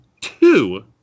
two